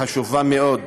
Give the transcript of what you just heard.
חשובה מאוד,